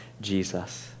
Jesus